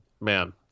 man